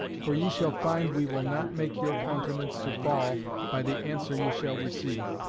for ye shall find we will not make your countenance to fall by the answer ye shall receive.